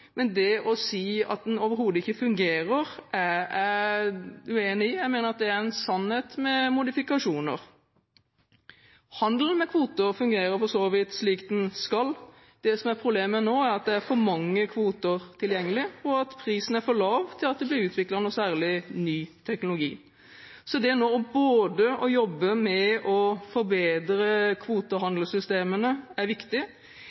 Men det å si at den overhodet ikke fungerer, er jeg uenig i. Jeg mener at det er en sannhet med modifikasjoner. Handelen med kvoter fungerer for så vidt slik den skal. Det som er problemet nå, er at det er for mange kvoter tilgjengelig, og at prisen er for lav til at det blir utviklet noe særlig ny teknologi. Å jobbe med å forbedre kvotehandelssystemene er viktig.